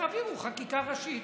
תעבירו חקיקה ראשית.